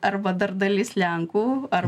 arba dar dalis lenkų ar